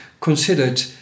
considered